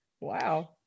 Wow